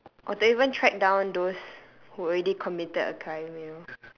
or to even track down those who already committed a crime you know